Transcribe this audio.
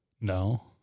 No